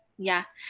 yeah.